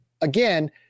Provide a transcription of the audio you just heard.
again